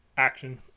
action